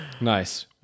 nice